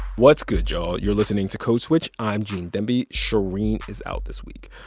what's good, y'all? you're listening to code switch. i'm gene demby. shereen is out this week.